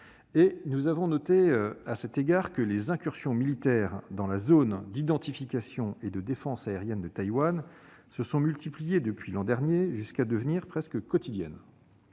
Nous avons noté à cet égard que les incursions militaires dans la zone d'identification et de défense aérienne de Taïwan se sont multipliées depuis l'an dernier, jusqu'à devenir presque quotidiennes.